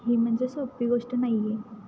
ही म्हणजे सोप्पी गोष्ट नाही आहे